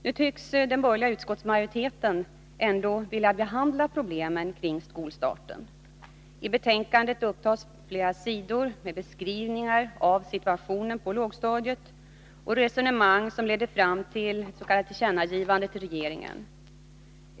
Nu tycks den borgerliga utskottsmajoriteten ändå vilja behandla problemen kring skolstarten. I betänkandet upptas flera sidor med beskrivningar av situationen på lågstadiet och resonemang som leder fram till ett s.k. tillkännagivande till regeringen.